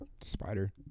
Spider